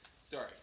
Sorry